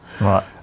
Right